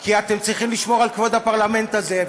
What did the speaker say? כי אתם צריכים לשמור על כבוד הפרלמנט הזה,